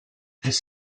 this